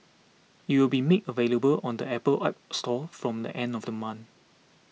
it will be made available on the Apple App Store from the end of the month